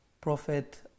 Prophet